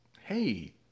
hey